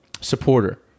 supporter